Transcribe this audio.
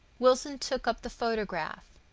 wilson took up the photograph.